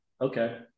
okay